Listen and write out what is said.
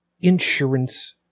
insurance